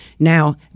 Now